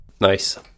nice